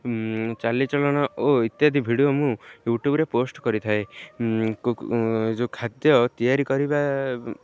ଚାଲିଚଳନ ଓ ଇତ୍ୟାଦି ଭିଡ଼ିଓ ମୁଁ ୟୁଟ୍ୟୁବରେ ପୋଷ୍ଟ କରିଥାଏ ଯେଉଁ ଖାଦ୍ୟ ତିଆରି କରିବା